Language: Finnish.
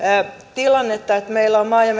tilannetta että meillä on maa ja